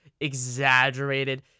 exaggerated